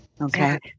Okay